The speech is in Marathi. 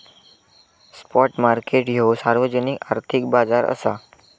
स्पॉट मार्केट ह्यो सार्वजनिक आर्थिक बाजार असा